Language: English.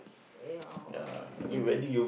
ya if you